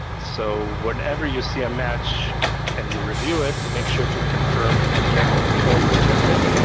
so whenever you see a match and you review it, make sure to confirm and reject it, or reject it,